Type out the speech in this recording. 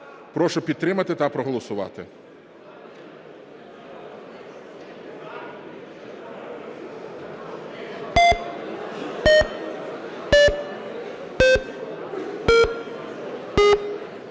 Прошу підтримати та проголосувати.